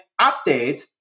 update